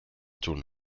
tun